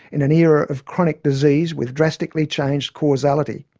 in an era of chronic disease with drastically changed causality.